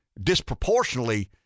disproportionately